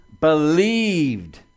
believed